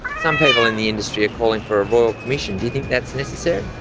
some people in the industry are calling for a royal commission, do you think that's necessary?